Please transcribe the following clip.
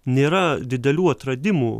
nėra didelių atradimų